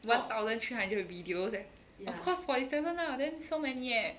one thousand three hundred videos of course forty seven lah then so many leh